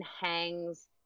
hangs